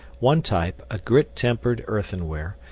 one type, a grit-tempered earthenware,